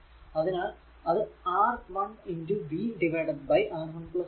അതിനാൽ അത് R1 v R1 R2